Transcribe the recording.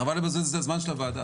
חבל לבזבז את הזמן של הוועדה.